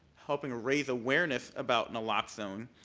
helping raise awareness about naloxone,